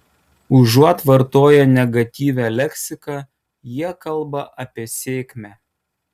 užuot vartoję negatyvią leksiką jie kalba apie sėkmę